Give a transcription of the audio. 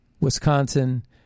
Wisconsin